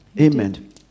Amen